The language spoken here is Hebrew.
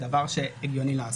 זה דבר שהגיוני לעשות.